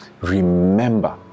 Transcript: Remember